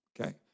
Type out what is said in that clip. Okay